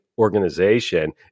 organization